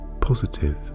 positive